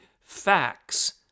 facts